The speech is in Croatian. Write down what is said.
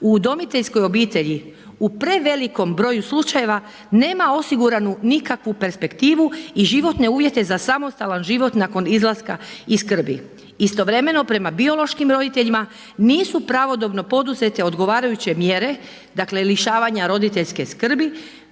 u udomiteljskoj obitelji, u prevelikom broju slučajeva, nema osiguranu nikakvu perspektivu i životne uvjete za samostalan život nakon izlaska iz skrbi. Istovremeno prema biološkim roditeljima nisu pravodobno poduzete odgovarajuće mjere dakle lišavanja roditeljske skrbi